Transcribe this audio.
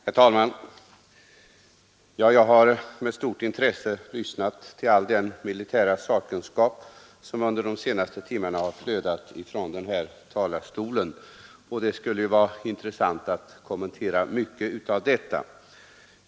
Herr talman! Jag har med stort intresse lyssnat till all den militära sakkunskap som under de senaste timmarna har flödat från talarstolen, och det skulle ju vara intressant att kommentera mycket av detta.